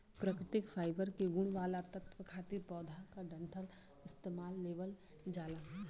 प्राकृतिक फाइबर के गुण वाला तत्व खातिर पौधा क डंठल इस्तेमाल लेवल जाला